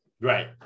Right